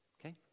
okay